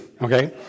okay